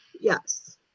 Yes